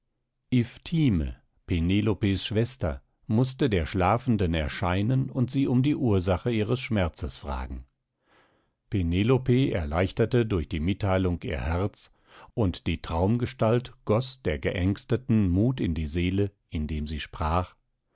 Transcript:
penelopes schwester mußte der schlafenden erscheinen und sie um die ursache ihres schmerzes fragen penelope erleichterte durch die mitteilung ihr herz und die traumgestalt goß der geängsteten mut in die seele indem sie sprach